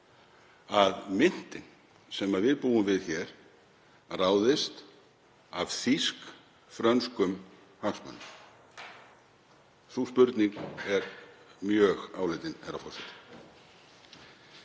að myntin sem við búum við hér ráðist af þýsk-frönskum hagsmunum? Sú spurning er mjög áleitin, herra forseti.